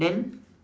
then